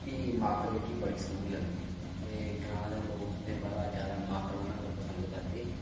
फ्ही मक्क जेह्की बड़ी सोह्नी लगदी ते ग्रांऽ दे लोक तुसें गी पता ज्यादा मक्क लाना गै पसंद करदे